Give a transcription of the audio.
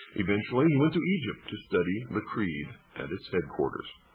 eventually he went to egypt, to study the creed at its headquarters.